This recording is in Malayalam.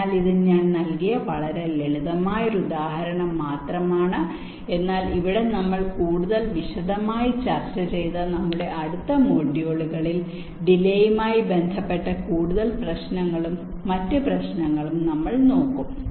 അതിനാൽ ഇത് ഞാൻ നൽകിയ വളരെ ലളിതമായ ഒരു ഉദാഹരണം മാത്രമാണ് എന്നാൽ ഇവിടെ നമ്മൾ കൂടുതൽ വിശദമായി ചർച്ച ചെയ്ത നമ്മുടെ അടുത്ത മൊഡ്യൂളുകളിൽ ഡിലെയുമായി ബന്ധപ്പെട്ട കൂടുതൽ പ്രശ്നങ്ങളും മറ്റ് പ്രശ്നങ്ങളും നമ്മൾ നോക്കും